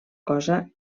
cosa